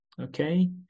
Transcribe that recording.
okay